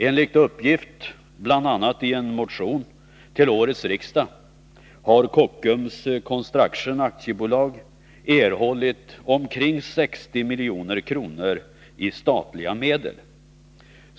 Enligt uppgift, bl.a. i en motion till årets riksdag, har Kockums Construction AB erhållit omkring 60 milj.kr. i statliga medel.